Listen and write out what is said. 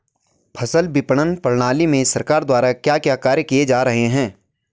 फसल विपणन प्रणाली में सरकार द्वारा क्या क्या कार्य किए जा रहे हैं?